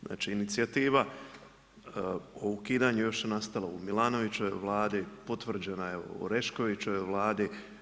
Znači inicijativa o ukidanju još je nastala u Milanovićevoj Vladi, potvrđena je u Oreškovićevoj Vladi.